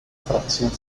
fracción